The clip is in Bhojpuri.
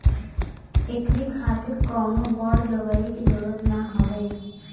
एकरी खातिर कवनो बड़ जगही के जरुरत ना हवे